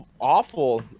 awful